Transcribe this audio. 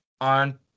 on